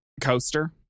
coaster